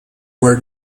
were